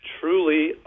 truly